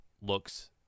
looks